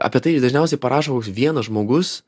apie tai dažniausiai parašo koks vienas žmogus